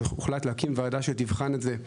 אתה מכיר את הנושא הזה.